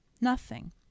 Nothing